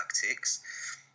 tactics